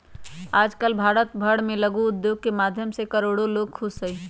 आजकल भारत भर में लघु उद्योग के माध्यम से करोडो लोग खुश हई